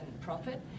profit